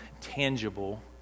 tangible